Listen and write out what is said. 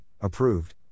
approved